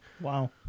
Wow